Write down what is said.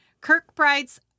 Kirkbride's